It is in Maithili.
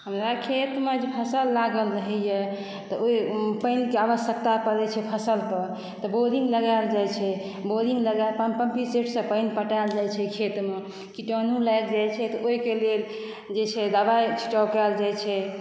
हमरा खेत मे जे फसल लागल रहैया तऽ ओहिमे पानिके आवश्यकता पड़ै छै फसल के तऽ बोरिंग लगायल जाइ छै बोरिंग लगाय कऽ पम्पिंग सेट सँ पानि पटायल जाइ छै खेत मे कीटाणु लागि जाइ छै तऽ ओहिके लेल जे छै दबाइ स्प्रे कयल जाइ छै